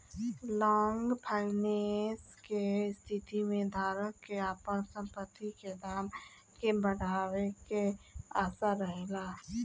long finance के स्थिति में धारक के आपन संपत्ति के दाम के बढ़ावे के आशा रहेला